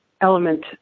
element